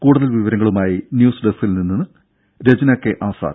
കൂടുതൽ വിവരങ്ങളുമായി ന്യൂസ് ഡെസ്കിൽ നിന്ന് രജ്ന കെ ആസാദ്